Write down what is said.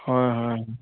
হয় হয় হয়